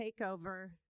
takeover